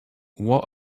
what